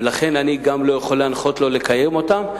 ולכן אני גם לא יכול להנחות לא לקיים אותן.